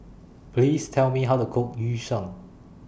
Please Tell Me How to Cook Yu Sheng